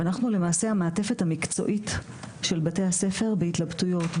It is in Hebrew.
ואנחנו למעשה המעטפת המקצועית של בתי הספר בהתלבטויות,